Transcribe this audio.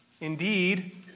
indeed